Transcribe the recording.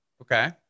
Okay